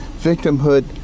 victimhood